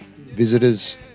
Visitors